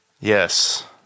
Yes